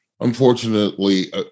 unfortunately